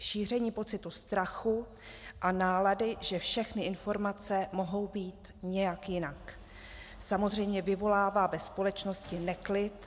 Šíření pocitu strachu a nálady, že všechny informace mohou být nějak jinak, samozřejmě vyvolává ve společnosti neklid.